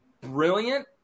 brilliant